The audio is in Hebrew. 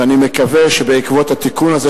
ואני מקווה שבעקבות התיקון הזה,